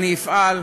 אני מסכים.